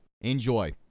enjoy